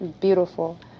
Beautiful